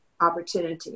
opportunity